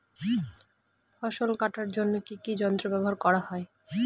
ফসল কাটার জন্য কি কি যন্ত্র ব্যাবহার করা হয়?